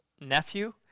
nephew